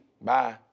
Bye